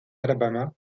alabama